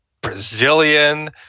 Brazilian